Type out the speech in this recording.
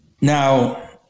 Now